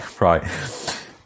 right